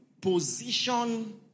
position